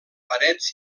parets